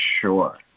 sure